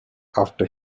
after